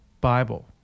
Bible